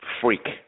freak